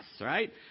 right